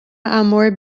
amor